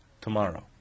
tomorrow